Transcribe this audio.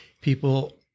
people